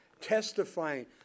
testifying